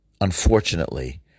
unfortunately